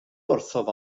wrthyf